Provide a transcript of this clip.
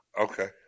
Okay